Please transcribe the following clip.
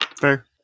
Fair